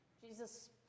Jesus